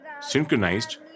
synchronized